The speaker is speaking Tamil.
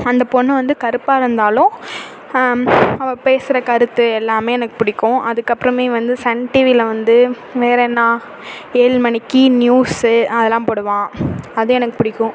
அந்த பொண்ணு வந்து கருப்பாக இருந்தாலும் அவள் பேசுகிற கருத்து எல்லாமே எனக்கு பிடிக்கும் அதுக்கப்புறமே வந்து சன் டிவியில வந்து வேறு என்ன ஏழு மணிக்கு நியூஸு அதெல்லாம் போடுவான் அது எனக்கு பிடிக்கும்